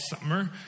summer